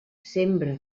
sembra